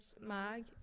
mag